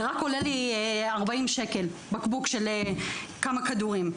זה רק עולה לי 40 שקל, בקבוק של כמה כדורים.